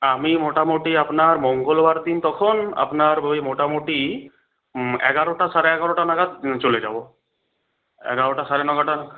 আমি মোটামুটি আপনার মঙ্গলবার দিন তখন আপনার ওই মোটামুটি এগারোটা সাড়ে এগারোটা নাগাদ চলে যাবো এগারোটা সাড়ে এগারোটা